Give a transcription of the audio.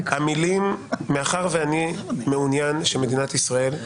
מאחר ואני מעוניין שמדינת ישראל,